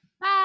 Bye